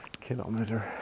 kilometer